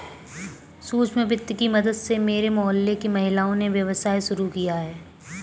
सूक्ष्म वित्त की मदद से मेरे मोहल्ले की महिलाओं ने व्यवसाय शुरू किया है